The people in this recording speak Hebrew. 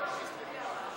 או מה שדודי אמר.